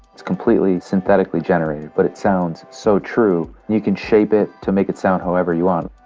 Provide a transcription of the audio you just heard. it's completely synthetically generated, but it sounds so true. you can shape it to make it sound however you want.